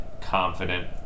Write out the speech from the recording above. confident